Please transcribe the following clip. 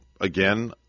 again